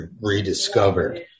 rediscovered